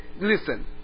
Listen